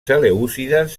selèucides